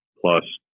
plus